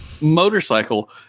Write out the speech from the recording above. motorcycle